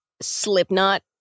Slipknot